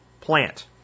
plant